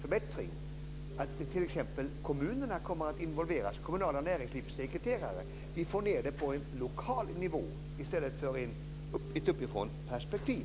Kommer t.ex. kommunerna att involveras, kommunala näringslivssekreterare, så att vi får ned det här på lokal nivå i stället för att ha ett uppifrånperspektiv?